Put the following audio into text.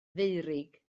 feurig